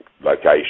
location